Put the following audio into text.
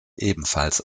ebenfalls